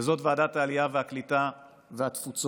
וזאת ועדת העלייה, הקליטה והתפוצות.